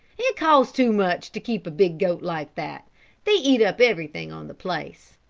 it costs too much to keep a big goat like that they eat up everything on the place.